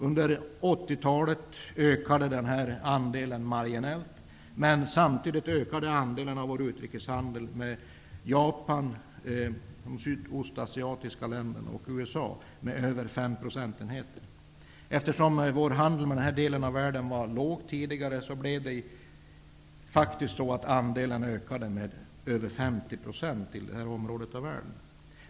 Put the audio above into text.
Under 80-talet ökade den andelen marginellt. Men samtidigt ökade andelen av vår utrikeshandel med Japan, de sydostasiatiska länderna och USA med mer än 5 procentenheter. Eftersom vår handel med länder i nämnda del av världen tidigare var liten kom handeln med den delen av världen faktiskt att öka med mer än 50 %!